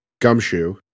Gumshoe